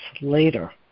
later